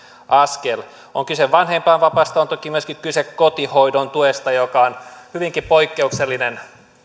askel on kyse vanhempainvapaasta on toki kyse myöskin kotihoidon tuesta joka on hyvinkin poikkeuksellinen